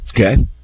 Okay